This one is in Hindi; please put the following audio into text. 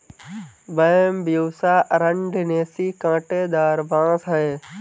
बैम्ब्यूसा अरंडिनेसी काँटेदार बाँस है